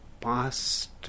past